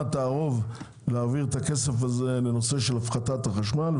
תערוב להעביר את הכסף הזה לנושא של הפחתת החשמל.